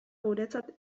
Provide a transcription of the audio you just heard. guretzat